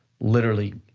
literally,